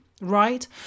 right